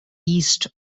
east